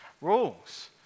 rules